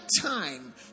time